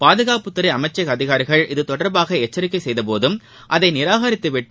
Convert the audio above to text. பாதுகாப்புத்துறை அமைச்சக அதிகாரிகள் இதுதொடர்பாக எச்சரிக்கை செய்தபோதும் அதை நிராகரித்துவிட்டு